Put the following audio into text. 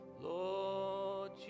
Lord